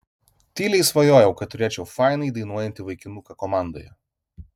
tyliai svajojau kad turėčiau fainai dainuojantį vaikinuką komandoje